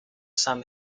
sam